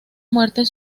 muertes